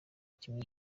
kimwe